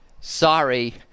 Sorry